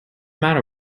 matter